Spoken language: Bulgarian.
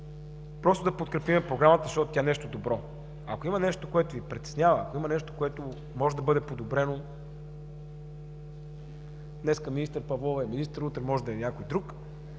да подкрепим Програмата, защото тя е нещо добро. Ако има нещо, което Ви притеснява, нещо, което може да бъде подобрено – днес министър Павлова е министър, утре може да е някой друг,